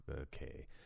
okay